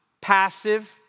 passive